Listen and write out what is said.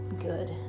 good